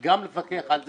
גם לפקח על זה.